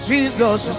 Jesus